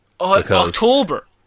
October